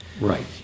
Right